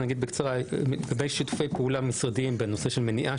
נגיד בקצרה: לגבי שיתופי פעולה משרדיים בנושא מניעה,